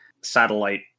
satellite